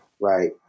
right